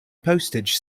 postage